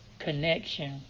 connection